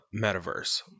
Metaverse